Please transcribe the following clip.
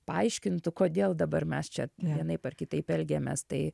paaiškintų kodėl dabar mes čia vienaip ar kitaip elgiamės tai